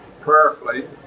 prayerfully